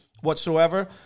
whatsoever